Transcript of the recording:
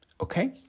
okay